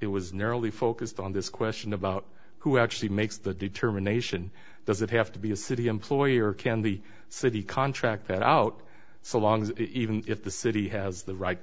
it was narrowly focused on this question about who actually makes the determination does it have to be a city employee or can the city contract that out so long as even if the city has the right